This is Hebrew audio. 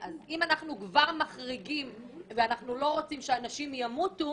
אז אם אנחנו כבר מחריגים ואנחנו לא רוצים שאנשים ימותו,